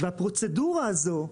והפרוצדורה הזו,